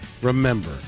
Remember